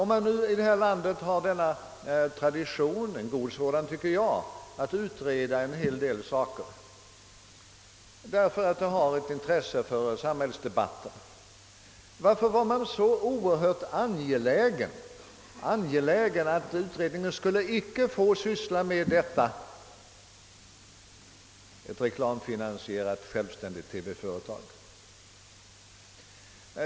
Om vi i vårt land har denna tradition — enligt min mening en god sådan — att utreda en hel del saker bl.a. därför att de har intresse för samhällsdebatten, varför var man så oerhört angelägen att utredningen icke skulle få syssla med frågan om ett reklamfinansierat, självständigt TV-företag?